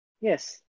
Yes